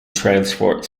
transport